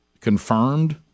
confirmed